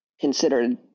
considered